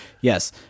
Yes